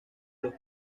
los